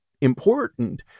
important